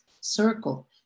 circle